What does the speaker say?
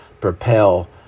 propel